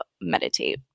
meditate